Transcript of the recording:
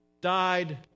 died